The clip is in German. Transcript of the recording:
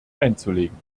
einzulegen